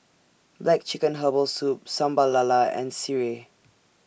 Black Chicken Herbal Soup Sambal Lala and Sireh